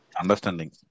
understanding